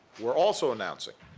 we're also announcing,